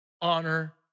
honor